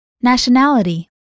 Nationality